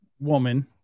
woman